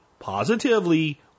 positively